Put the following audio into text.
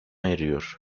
eriyor